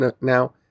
Now